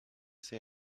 say